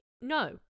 no